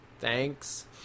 Thanks